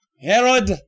Herod